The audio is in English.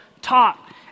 taught